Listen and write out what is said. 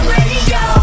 Radio